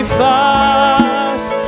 fast